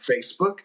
Facebook